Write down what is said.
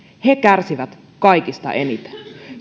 he kärsivät kaikista eniten